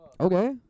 Okay